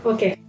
Okay